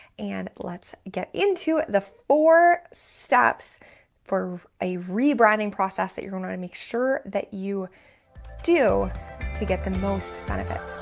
and let's get into the four steps for a rebranding process that you're gonna and make sure that you do to get the most benefit.